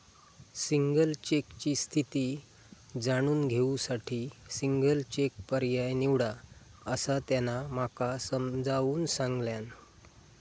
single चेकची स्थिती जाणून घेऊ साठी सिंगल चेक पर्याय निवडा, असा त्यांना माका समजाऊन सांगल्यान